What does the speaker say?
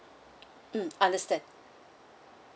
mm understand